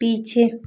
पीछे